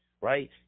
right